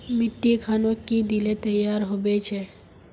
मिट्टी खानोक की दिले तैयार होबे छै?